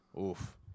Oof